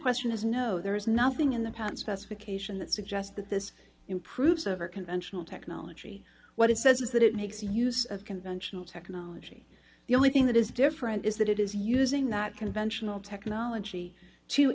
question is no there is nothing in the pan specification that suggests that this improves over conventional technology what it says is that it makes use of conventional technology the only thing that is different is that it is using that conventional technology to